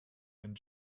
and